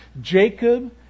Jacob